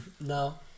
No